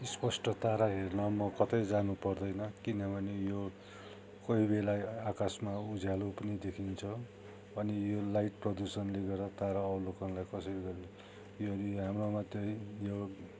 स्पष्ट तारा हेर्न म कतै जानु पर्दैन किनभने यो कोही बेला आकाशमा उज्यालो पनि देखिन्छ अनि यो लाइट प्रदूषणले गर्दा तारा अवलोकनलाई कसै गरी यो हाम्रो मात्रै यो